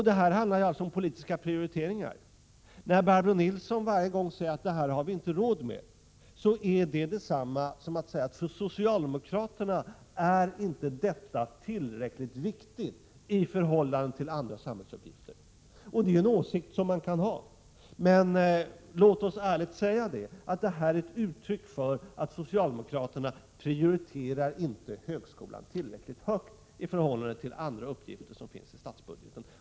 Det här handlar alltså om politiska prioriteringar. När Barbro Nilsson varje gång säger att det här har vi inte råd med, är detta detsamma som att säga att för socialdemokraterna är inte detta tillräckligt viktigt i förhållande till andra samhällsuppgifter. Det är en åsikt som man kan ha, men låt oss ärligt säga att det är ett uttryck för att socialdemokraterna inte prioriterar högskolan tillräckligt högt i förhållande till andra uppgifter som finns i statsbudgeten.